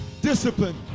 Discipline